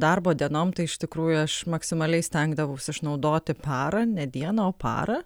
darbo dienom tai iš tikrųjų aš maksimaliai stengdavaus išnaudoti parą ne dieną o parą